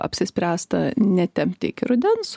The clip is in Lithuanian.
apsispręsta netempti iki rudens